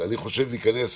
אני חושב שניכנס